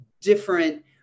different